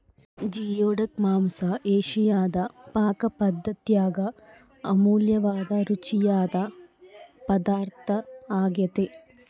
geoduck ಮಾಂಸ ಏಷಿಯಾದ ಪಾಕಪದ್ದತ್ಯಾಗ ಅಮೂಲ್ಯವಾದ ರುಚಿಯಾದ ಪದಾರ್ಥ ಆಗ್ಯೆತೆ